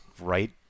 right